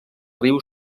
riu